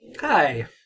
Hi